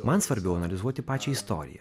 man svarbiau analizuoti pačią istoriją